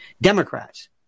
Democrats